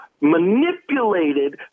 manipulated